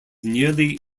nearly